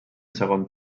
segon